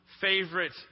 favorite